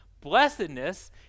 Blessedness